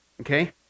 Okay